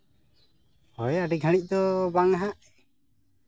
ᱦᱳᱭ ᱟᱹᱰᱤ ᱜᱷᱟᱹᱲᱤᱡ ᱫᱚ ᱵᱟᱝ ᱦᱟᱸᱜ